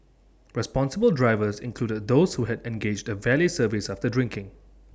responsible drivers included those who had engaged A valet service after drinking